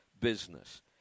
business